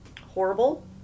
horrible